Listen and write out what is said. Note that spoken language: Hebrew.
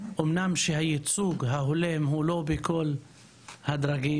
אמנם הייצוג ההולם הוא לא בכל הדרגים,